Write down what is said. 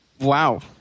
Wow